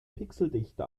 pixeldichte